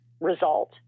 result